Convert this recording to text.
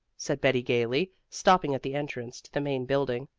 said betty gaily, stopping at the entrance to the main building.